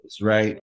right